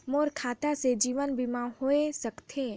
मोर खाता से जीवन बीमा होए सकथे?